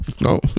No